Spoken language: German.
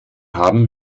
haben